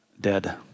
dead